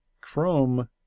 Chrome